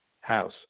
house